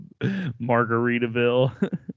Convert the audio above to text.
Margaritaville